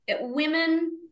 women